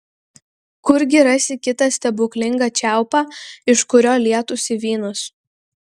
kurgi rasi kitą stebuklingą čiaupą iš kurio lietųsi vynas